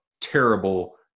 terrible